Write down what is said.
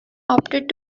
opted